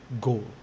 goal